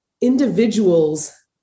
individuals